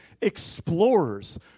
explorers